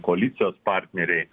koalicijos partneriai